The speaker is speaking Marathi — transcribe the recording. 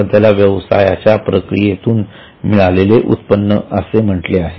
आपण त्याला व्यवसायाच्या प्रक्रियेतून मिळालेले उत्पन्न असे म्हटले आहे